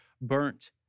burnt